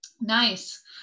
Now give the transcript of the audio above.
Nice